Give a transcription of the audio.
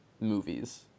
movies